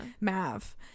Mav